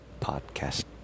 podcast